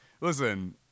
Listen